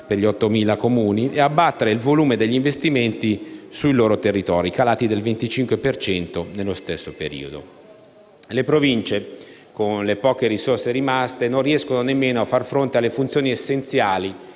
negli 8.000 Comuni) e ad abbattere il volume degli investimenti sui loro territori (calati del 25 per cento nello stesso periodo). Le Province, con le poche risorse rimaste, non riescono nemmeno a far fronte alle funzioni essenziali